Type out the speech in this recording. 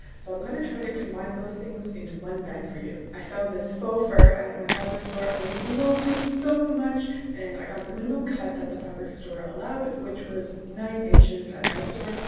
so i'm gonna try to combine those things into one bag for you i found this faux fur at my fabric store and i loved it so much and i got the minimum cut that the fabric store allowed which was nine inches at my store.